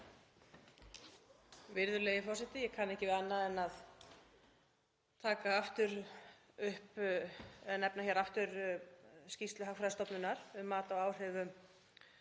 Virðulegi forseti. Ég kann ekki við annað en að taka aftur upp eða nefna aftur skýrslu Hagfræðistofnunar um mat á áhrifum